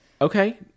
Okay